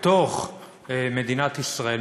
בתוך מדינת ישראל,